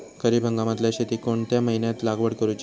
खरीप हंगामातल्या शेतीक कोणत्या महिन्यात लागवड करूची?